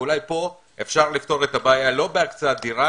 ואולי פה אפשר לפתור את הבעיה לא בהקצאת דירה